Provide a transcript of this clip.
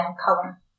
color